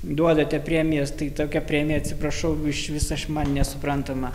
duodate premijas tai tokia premija atsiprašau išvis aš man nesuprantama